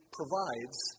provides